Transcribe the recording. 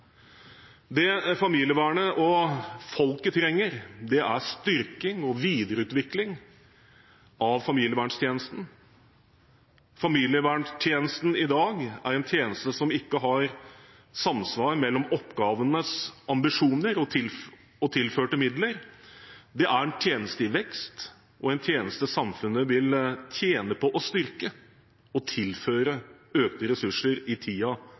Det familievernet og folket trenger, er styrking og videreutvikling av familieverntjenesten. Familieverntjenesten i dag er en tjeneste der det ikke er samsvar mellom oppgavenes ambisjoner og tilførte midler. Det er en tjeneste i vekst og en tjeneste samfunnet vil tjene på å styrke og å tilføre økte ressurser i